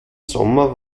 sommer